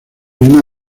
una